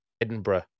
Edinburgh